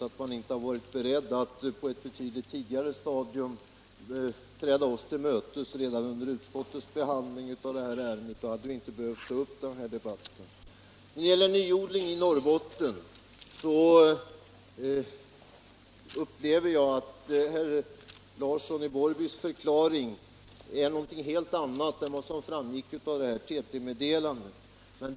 Om man på ett tidigare stadium, dvs. redan under utskottets behandling av detta ärende, gått oss till mötes hade vi inte behövt ta upp denna debatt nu. När det gäller nyodling i Norrbotten tycker jag att herr Larssons i Borrby förklaring innnehåller något helt annat än det som framgick av TT-meddelandet.